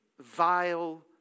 vile